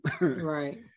Right